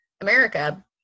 america